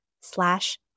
slash